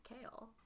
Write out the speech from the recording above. Kale